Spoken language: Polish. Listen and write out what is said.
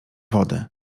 wody